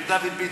אל דוד ביטן.